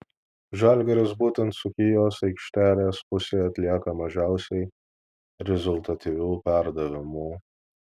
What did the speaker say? žalgiris būtent dzūkijos aikštelės pusėje atlieka mažiausiai rezultatyvių perdavimų